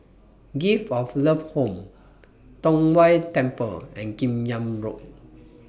Gift of Love Home Tong Whye Temple and Kim Yam Road